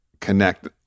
connect